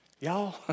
Y'all